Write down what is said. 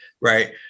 right